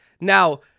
Now